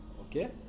Okay